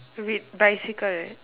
red bicycle